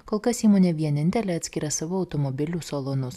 kol kas įmonė vienintelė atskiria savo automobilių salonus